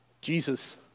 Jesus